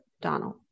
Donald